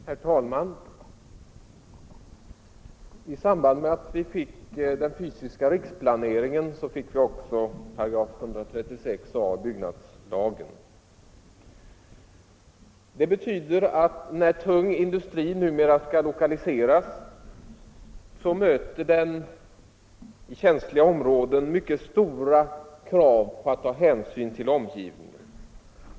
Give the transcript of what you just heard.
Herr talman! I samband med att vi fick den fysiska riksplaneringen fick vi också 136 a § i byggnadslagen. Det betyder att när tung industri numera skall lokaliseras möter den i känsliga områden mycket stora krav på att ta hänsyn till omgivningen.